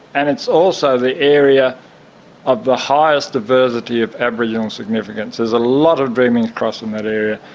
and it's also the area of the highest diversity of aboriginal significance. there's a lot of dreaming across in that area.